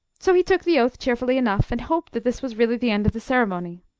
so he took the oath cheerfully enough, and hoped that this was really the end of the ceremony.